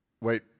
Wait